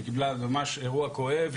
ממש אירוע כואב,